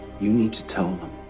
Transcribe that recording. you need to them,